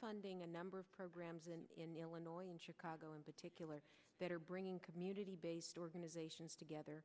funding a number of programs in illinois and chicago in particular that are bringing community based organizations together